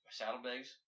saddlebags